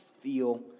feel